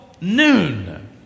noon